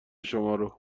شمارو